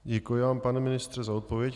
Děkuji vám, pane ministře, za odpověď.